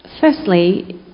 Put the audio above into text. Firstly